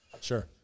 Sure